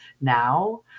now